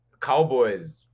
cowboys